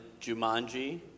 Jumanji